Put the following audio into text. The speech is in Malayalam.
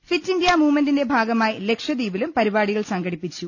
ഫിറ്റ് ഇന്ത്യ മുവ്മെന്റിന്റെ ഭാഗമായി ലക്ഷദ്വീപിലും പരിപാടി കൾ സംഘടിപ്പിച്ചു